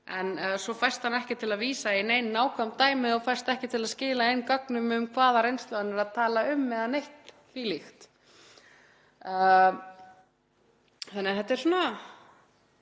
en fæst svo ekki til að vísa í nein nákvæm dæmi og fæst ekki til að skila inn gögnum um hvaða reynslu hann er tala eða neitt því um líkt. Þannig að þetta er svona,